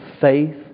Faith